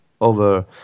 over